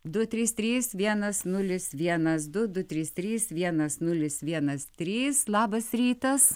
du trys trys vienas nulis vienas du du trys trys vienas nulis vienas trys labas rytas